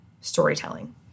storytelling